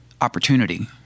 opportunity